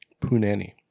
punani